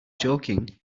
joking